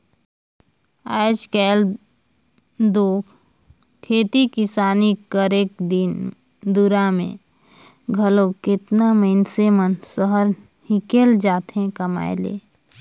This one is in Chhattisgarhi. आएज काएल दो खेती किसानी करेक दिन दुरा में घलो केतना मइनसे मन सहर हिंकेल जाथें कमाए ले